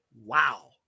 Wow